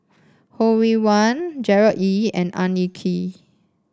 Ho Rih Hwa Gerard Ee and Ang Hin Kee